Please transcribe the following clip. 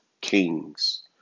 kings